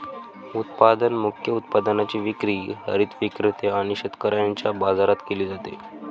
उत्पादन मुख्य उत्पादनाची विक्री हरित विक्रेते आणि शेतकऱ्यांच्या बाजारात केली जाते